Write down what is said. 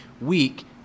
week